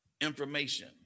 information